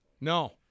No